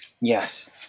Yes